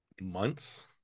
months